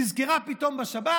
נזכרה פתאום בשבת.